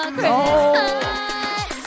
Christmas